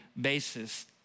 basis